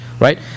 Right